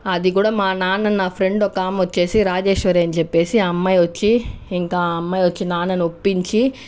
అది కూడా మా నాన్న నా ఫ్రెండ్ ఒక ఆమె వచ్చి రాజేశ్వరి అని చెప్పి ఆ అమ్మాయి వచ్చి ఇంకా అమ్మాయి వచ్చి నాన్నని ఒప్పించి